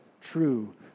true